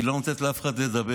היא לא נותנת לאף אחד לדבר,